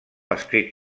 escrit